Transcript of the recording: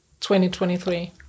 2023